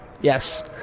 yes